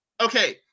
okay